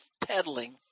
peddling